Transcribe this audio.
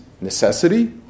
necessity